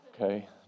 Okay